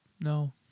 No